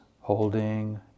holding